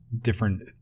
different